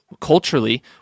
culturally